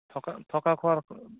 থকা থকা খোৱাৰ